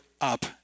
up